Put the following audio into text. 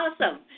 awesome